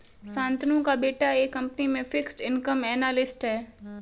शांतनु का बेटा एक कंपनी में फिक्स्ड इनकम एनालिस्ट है